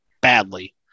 badly